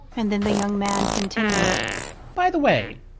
and then the young man continued by the way,